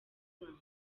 rwanda